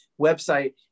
website